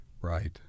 Right